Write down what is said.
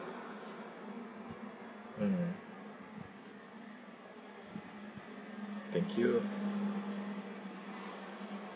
mm thank you